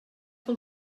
pel